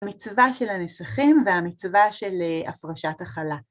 המצווה של הנסכים והמצווה של הפרשת החלה.